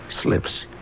slips